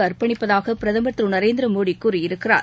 அர்ப்பணிப்பதாக பிரதமர் திரு நரேந்திர மோடி கூறியிருக்கிறார்